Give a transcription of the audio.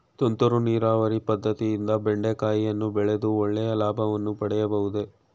ತುಂತುರು ನೀರಾವರಿ ಪದ್ದತಿಯಿಂದ ಬೆಂಡೆಕಾಯಿಯನ್ನು ಬೆಳೆದು ಒಳ್ಳೆಯ ಲಾಭವನ್ನು ಪಡೆಯಬಹುದೇ?